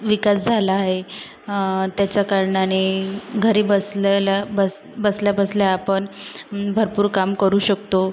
विकास झाला आहे त्याच्या कारणाने घरी बसलेल्या बस बसल्या बसल्या आपण भरपूर काम करू शकतो